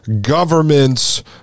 government's